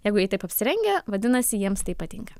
jeigu jie taip apsirengę vadinasi jiems tai patinka